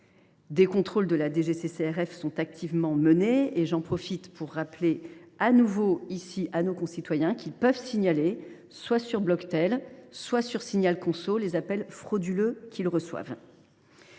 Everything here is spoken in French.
Des contrôles de la DGCCRF sont activement menés ; j’en profite pour rappeler à nos concitoyens qu’ils peuvent signaler, soit sur Bloctel, soit sur SignalConso, les appels frauduleux qu’ils reçoivent.